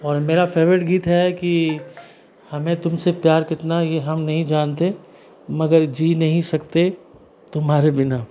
और मेरा फेवरेट गीत है कि हमें तुम से प्यार कितना ये हम नहीं जानते मगर जी नहीं सकते तुम्हारे बिना